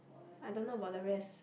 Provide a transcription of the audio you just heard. I don't know about the rest